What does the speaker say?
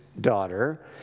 daughter